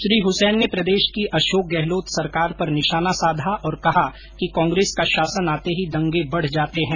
श्री हसैन ने प्रदेश की अशोक गहलोत सरकार पर निशाना साधा और कहा कि कांग्रेस का शासन आते ही देंगे बढ़ जाते है